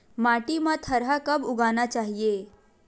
माटी मा थरहा कब उगाना चाहिए?